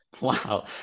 Wow